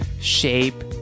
shape